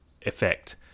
effect